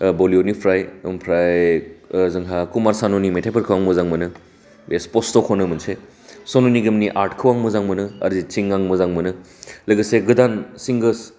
बलिउडनिफ्राइ आमफ्राइ जोंहा कुमार सानुनि मेथाइफोरखौ आं मोजां मोनो बे स्पस्ट खननो मोनसे सोनु निगमनि आर्टखौ आं मोजां मोनो अर्जित सिंह आं मोजां मोनो लोगोसे गोदान सिंगारस